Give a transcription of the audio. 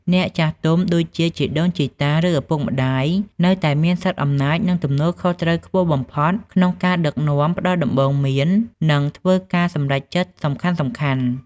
អ្នកចាស់ទុំ ដូចជា ជីដូនជីតា ឬ ឪពុកម្ដាយ នៅតែមាន សិទ្ធិអំណាច និងទំនួលខុសត្រូវខ្ពស់បំផុត ក្នុងការដឹកនាំ ផ្ដល់ដំបូន្មាន និងធ្វើការសម្រេចចិត្តសំខាន់ៗ។